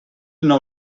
nou